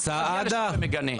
מגיע לשם ומגנה.